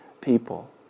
people